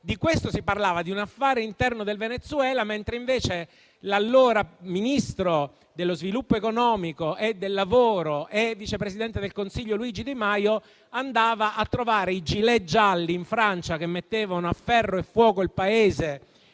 di questo si parlava, di un affare interno del Venezuela, mentre l'allora ministro dello sviluppo economico e del lavoro, nonché vice presidente del Consiglio dei ministri, Luigi Di Maio andava a trovare i gilet gialli in Francia, che mettevano a ferro e fuoco il Paese,